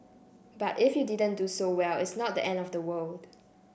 but if you didn't do so well it's not the end of the world